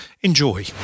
Enjoy